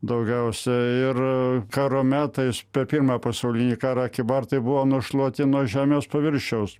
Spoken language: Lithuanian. daugiausiai ir karo metais per pirmą pasaulinį karą kybartai buvo nušluoti nuo žemės paviršiaus